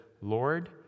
Lord